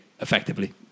effectively